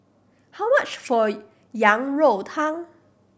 how much for Yang Rou Tang